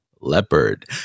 leopard